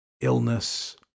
illness